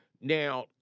Now